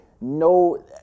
no